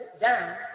down